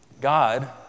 God